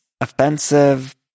offensive